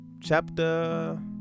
chapter